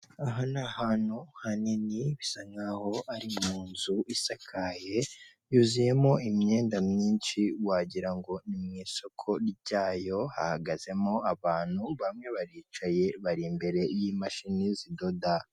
Aha ni ahantu hanini bisa nk'aho ari mu nzu isakaye yuzuyemo imyenda myinshi wagira ngo ni mu isoko ryayo hahagazemo abantu bamwe baricaye bari umbere y'imashini zidoda,